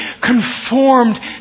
conformed